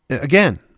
Again